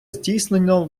здійснено